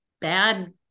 bad